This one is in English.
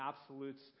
absolutes